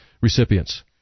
recipients